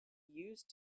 used